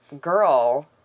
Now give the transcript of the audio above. girl